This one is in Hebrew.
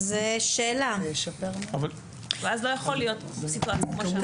אז לא יכולה להיות סיטואציה כמו שאת מתארת.